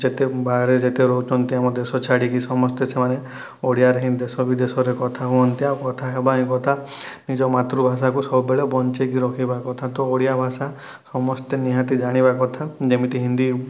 ଯେତେ ବାହାରେ ଯେତେ ରହୁଛନ୍ତି ଆମ ଦେଶ ଛାଡ଼ିକି ସମସ୍ତେ ସେମାନେ ଓଡ଼ିଆରେ ହିଁ ଦେଶ ବିଦେଶରେ କଥା ହୁଅନ୍ତି ଆଉ କଥା ହେବ ହିଁ କଥା ନିଜ ମାତୃଭାଷାକୁ ସବୁବେଳେ ବଞ୍ଚେଇକି ରଖିବା କଥା ତ ଓଡ଼ିଆ ଭାଷା ସମସ୍ତେ ନିହାତି ଜାଣିବା କଥା ଯେମିତି ହିନ୍ଦୀ